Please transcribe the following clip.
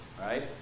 right